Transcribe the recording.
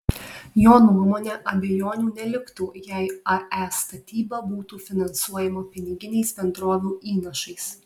jo nuomone abejonių neliktų jei ae statyba būtų finansuojama piniginiais bendrovių įnašais